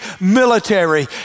military